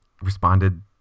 responded